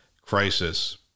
crisis